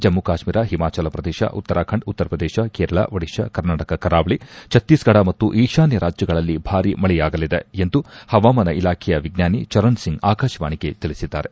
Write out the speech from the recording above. ಜಮ್ಮ ಕಾಶ್ಮೀರ ಹಿಮಾಚಲ ಪ್ರದೇಶ ಉತ್ತರಾಖಂಡ್ ಉತ್ತರ ಪ್ರದೇಶ ಕೇರಳ ಓಡಿಶಾ ಕರ್ನಾಟಕದ ಕರಾವಳಿ ಛತ್ತೀಸ್ಫಡ ಮತ್ತು ಈಶಾನ್ಯ ರಾಜ್ಯಗಳಲ್ಲಿ ಭಾರಿ ಮಳೆಯಾಗಲಿದೆ ಎಂದು ಹವಾಮಾನ ಇಲಾಖೆಯ ವಿಜ್ಞಾನಿ ಚರಣ್ ಸಿಂಗ್ ಆಕಾಶವಾಣಿಗೆ ತಿಳಿಸಿದ್ದಾರೆ